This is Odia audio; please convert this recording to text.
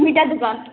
ଦୁଇଟା ଦୋକାନ